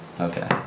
Okay